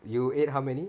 you ate how many